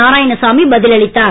நாராயணசாமி பதில் அளித்தார்